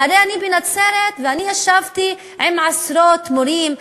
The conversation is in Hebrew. הרי אני בנצרת ואני ישבתי עם עשרות מורים,